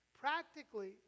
Practically